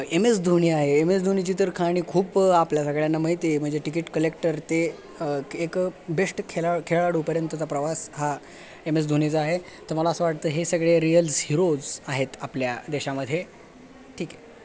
M S Dhoni आहे M S धोनीची तर कहाणी खूप आपल्या सगळ्यांना माहिती आहे म्हणजे तिकीट कलेक्टर ते क एक बेस्ट खेळा खेळाडूपर्यंतचा प्रवास हा एम एस धोनीचा आहे तर मला असं वाटतं हे सगळे रिअल्स हिरोज आहेत आपल्या देशामध्ये ठीक आहे